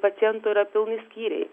pacientų yra pilni skyriai